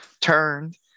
turned